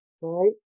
right